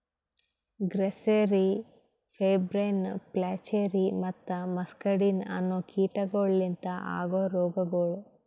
grasserie, pebrine, flacherie ಮತ್ತ muscardine ಅನೋ ಕೀಟಗೊಳ್ ಲಿಂತ ಆಗೋ ರೋಗಗೊಳ್